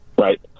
right